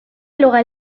اللغة